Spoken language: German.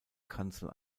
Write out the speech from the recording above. kanzel